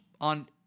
on